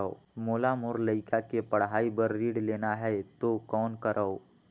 मोला मोर लइका के पढ़ाई बर ऋण लेना है तो कौन करव?